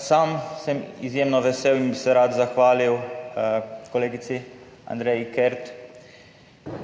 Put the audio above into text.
Sam sem izjemno vesel in bi se rad zahvalil kolegici Andreji Kert,